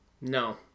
No